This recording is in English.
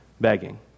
Begging